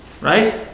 Right